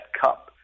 cup